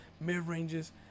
mid-ranges